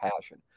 passion